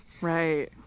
Right